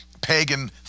pagan